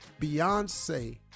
Beyonce